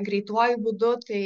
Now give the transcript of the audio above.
greituoju būdu tai